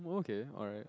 okay alright